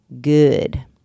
good